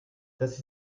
das